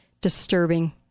disturbing